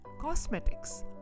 cosmetics